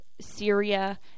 Syria